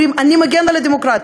אומרים: אני מגן על הדמוקרטיה,